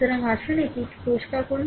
সুতরাং আসুন এটি পরিষ্কার করুন